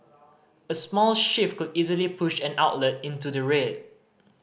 a small shift could easily push an outlet into the red